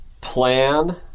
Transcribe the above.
plan